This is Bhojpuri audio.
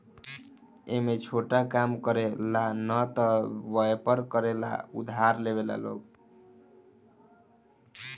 ए में लोग छोटा काम करे ला न त वयपर करे ला उधार लेवेला लोग